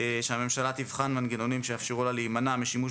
שהממשלה תבחן מנגנונים שיאפשרו לה להימנע משימוש